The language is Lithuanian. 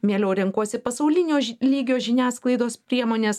mieliau renkuosi pasaulinio lygio žiniasklaidos priemones